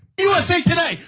usa today,